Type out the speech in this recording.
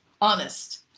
honest